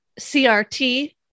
CRT